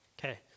Okay